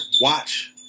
Watch